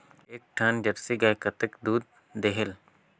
एक ठन जरसी गाय कतका दूध देहेल?